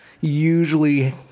usually